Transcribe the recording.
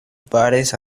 bares